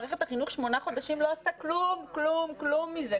מערכת החינוך שמונה חודשים לא עשתה כלום כלום כלום מזה,